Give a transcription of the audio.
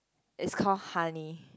is call honey